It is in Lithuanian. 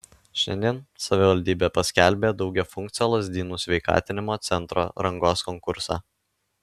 šiandien savivaldybė paskelbė daugiafunkcio lazdynų sveikatinimo centro rangos konkursą